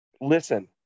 Listen